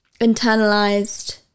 internalized